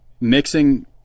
mixing